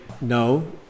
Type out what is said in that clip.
no